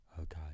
Okay